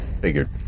Figured